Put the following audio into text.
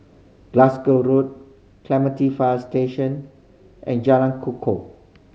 Glasgow Road Clementi Fire Station and Jalan Kukoh